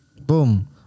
Boom